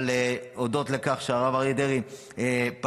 הודות לכך שהרב אריה דרעי פעל.